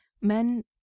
Men